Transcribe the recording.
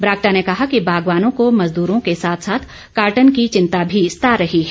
ब्राक्टा ने कहा कि बागवानों को मजदूरों के साथ साथ कार्टन की चिंता भी सता रही है